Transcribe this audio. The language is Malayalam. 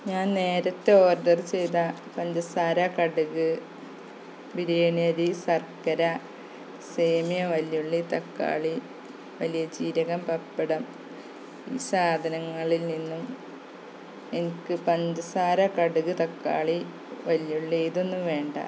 ഞാൻ നേരത്തെ ഓഡർ ചെയ്ത പഞ്ചസാര കടുകു ബിരിയാണി അരി ശർക്കര സേമിയ വല്ല്യുള്ളി തക്കാളി വലിയ ജീരകം പപ്പടം ഈ സാധനങ്ങളിൽ നിന്നും എനിക്ക് പഞ്ചസാര കടുക് തക്കാളി വല്ല്യുള്ളി ഇതൊന്നും വേണ്ട